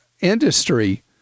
industry